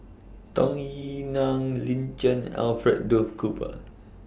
Tung Yue Nang Lin Chen Alfred Duff Cooper